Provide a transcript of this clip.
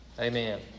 Amen